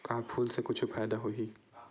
का फूल से कुछु फ़ायदा होही?